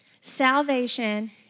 salvation